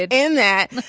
in that